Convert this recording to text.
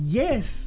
yes